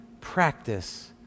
practice